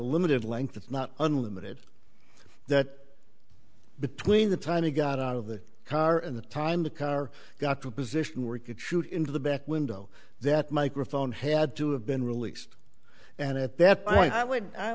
limited length that's not unlimited that between the time he got out of the car and the time the car got to position where he could shoot into the back window that microphone had to have been released and at that point i would i